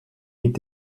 mit